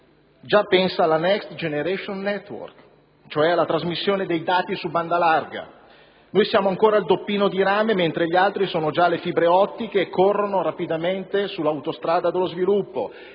già pensa *next* *generation* *network*, cioè alla trasmissione dei dati su banda larga. Noi siamo ancora al doppino di rame, mentre gli altri sono già alle fibre ottiche e corrono rapidamente sull'autostrada dello sviluppo.